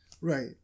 right